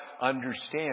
understand